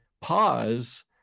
pause